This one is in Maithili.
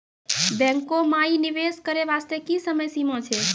बैंको माई निवेश करे बास्ते की समय सीमा छै?